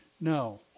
No